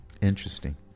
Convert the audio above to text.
Interesting